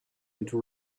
into